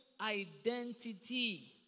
identity